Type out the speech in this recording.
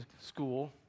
school